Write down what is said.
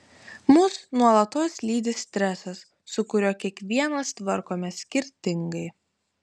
mus nuolatos lydi stresas su kuriuo kiekvienas tvarkomės skirtingai